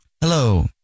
Hello